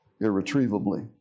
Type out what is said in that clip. irretrievably